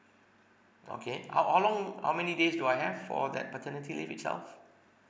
okay how how long how many days do I have for that paternity leave itself